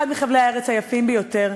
אחד מחבלי הארץ היפים ביותר,